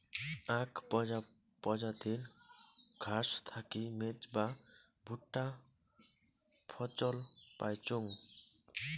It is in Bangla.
আক প্রজাতির ঘাস থাকি মেজ বা ভুট্টা ফছল পাইচুঙ